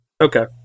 Okay